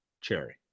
cherry